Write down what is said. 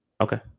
Okay